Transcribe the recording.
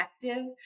effective